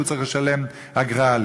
שהוא צריך לשלם עליו אגרה.